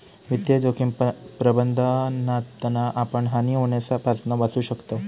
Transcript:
वित्तीय जोखिम प्रबंधनातना आपण हानी होण्यापासना वाचू शकताव